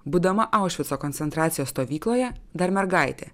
būdama aušvico koncentracijos stovykloje dar mergaitė